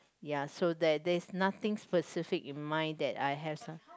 ya so there there is nothing specific in mind that I have some